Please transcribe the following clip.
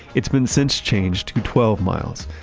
it's been since changed to twelve miles.